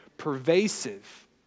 pervasive